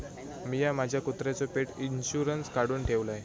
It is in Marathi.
मिया माझ्या कुत्र्याचो पेट इंशुरन्स काढुन ठेवलय